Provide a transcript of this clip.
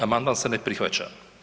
Amandman se ne prihvaća.